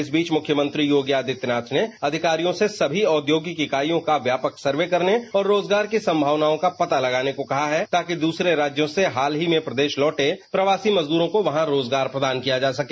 इस बीच मुख्यमंत्री योगी आदित्यनाथ ने अधिकारियों से सभी औद्योगिक इकाइयों का व्यापक सर्वे करने और रोजगार की संभावनाओं का पता लगाने को कहा है ताकि दूसरे राज्यों से हाल ही में प्रदेश लौटे प्रवासी मजदूरों को वहां रोजगार प्रदान किया जा सके